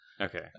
Okay